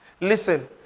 listen